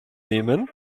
nehmen